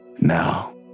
Now